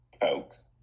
folks